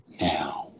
now